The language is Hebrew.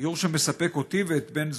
גיור שמספק אותי ואת בן זוגי,